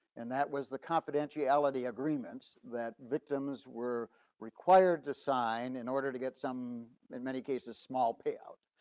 and that was the confidentiality agreements that victims were required to sign in order to get some, in many cases, small payout.